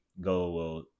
go